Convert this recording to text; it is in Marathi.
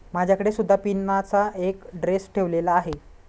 माझ्याकडे सुद्धा पिनाचा एक ड्रेस ठेवलेला आहे